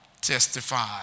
testify